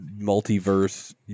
multiverse